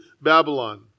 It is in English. Babylon